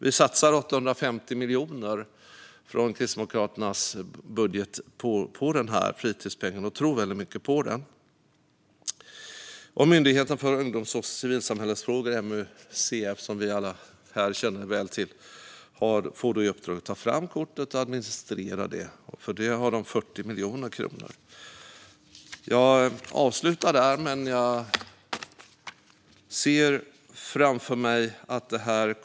Vi satsar 850 miljoner från Kristdemokraternas budget på fritidspengen och tror väldigt mycket på den. Myndigheten för ungdoms och civilsamhällesfrågor - MUCF, som vi alla här känner väl till - får i uppdrag att ta fram kortet och administrera det. För det har myndigheten 40 miljoner kronor. Jag avslutar där.